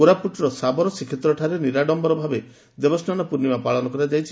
କୋରାପୁଟର ଶାବର ଶ୍ରୀକ୍ଷେତ୍ରଠାରେ ନିରାଡମ୍ୟରଭାବେ ଦେବସ୍ନାନ ପୂର୍ଶ୍ୱିମା ପାଳନ କରାଯାଇଛି